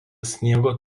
sniego